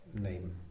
name